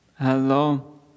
Hello